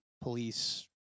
police